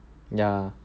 ya